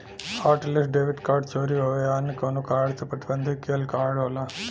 hotlist debit card चोरी होये या अन्य कउनो कारण से प्रतिबंधित किहल कार्ड होला